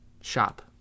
Shop